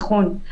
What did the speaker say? נכון,